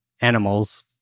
animals